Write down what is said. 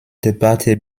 debatte